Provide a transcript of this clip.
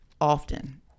often